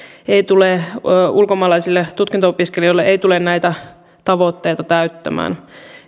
ulkomaalaisilta tutkinto opiskelijoilta ei tule näitä tavoitteita täyttämään